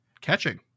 catching